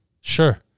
Sure